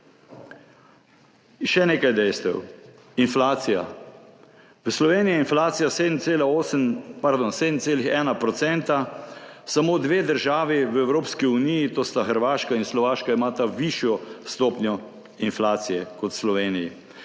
Še nekaj dejstev. Inflacija. V Sloveniji je inflacija 7,1-odstotna. Samo dve državi v Evropski uniji, to sta Hrvaška in Slovaška, imata višjo stopnjo inflacije kot Slovenija.